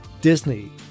Disney